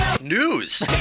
news